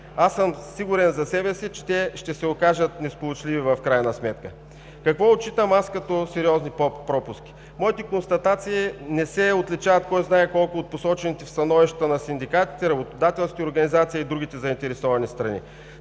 Аз съм сигурен за себе си, че ще се окажат несполучливи в крайна сметка. Какво отчитам аз като сериозни пропуски? Моите констатации не се отличават кой-знае колко от посочените в становищата на синдикатите, работодателските организации и другите заинтересовани страни.